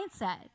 mindset